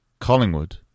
Collingwood